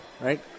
right